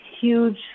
huge